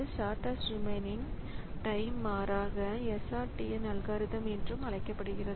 shortest remaining time மாறாக SRTN algorithm என்றும் அழைக்கப்படும்